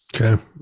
Okay